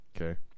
okay